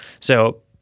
So-